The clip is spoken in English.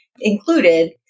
included